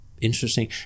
interesting